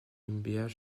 gmbh